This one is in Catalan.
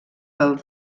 del